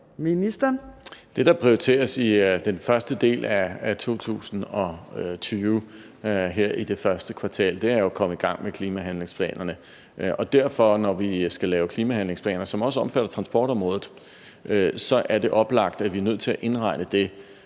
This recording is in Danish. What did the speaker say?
Det, der prioriteres i den første del af 2020, her i det første kvartal, er jo at komme i gang med klimahandlingsplanerne, og når vi skal lave klimahandlingsplaner, som også omfatter transportområdet, så er det oplagt, at vi er nødt til at indregne det